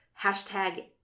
hashtag